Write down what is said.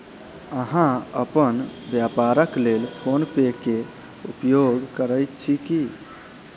अहाँ अपन व्यापारक लेल फ़ोन पे के उपयोग करै छी की?